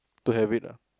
to have it lah